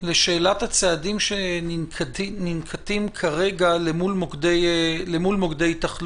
לשאלת הצעדים שננקטים כרגע למול מוקדי תחלואה.